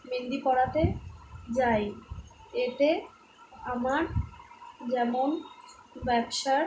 মেহেন্দি পড়াতে যাই এতে আমার যেমন ব্যবসার